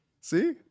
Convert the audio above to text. see